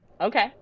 okay